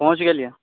पहुँच गेलिए